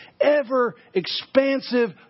ever-expansive